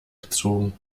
gezogen